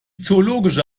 zoologische